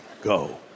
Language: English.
go